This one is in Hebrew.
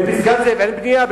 בפסגת-זאב אין בנייה?